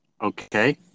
Okay